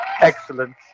Excellent